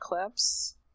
eclipse